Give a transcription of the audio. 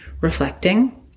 reflecting